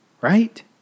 right